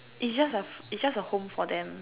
it's just a it's just a home for them